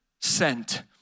sent